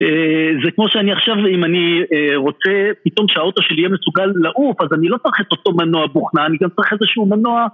זה כמו שאני עכשיו אם אני רוצה פתאום שהאוטו שלי יהיה מסוגל לעוף אז אני לא צריך את אותו מנוע בוכנה אני גם צריך איזשהו מנוע